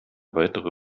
weitere